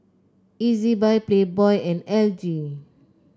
Ezbuy Playboy and L G